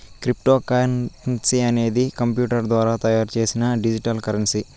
cryptocurrency అనేది computer ద్వారా తయారు చేసిన డిజిటల్ కరెన్సీ